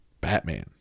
Batman